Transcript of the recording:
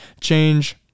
change